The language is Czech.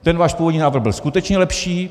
Ten váš původní návrh byl skutečně lepší.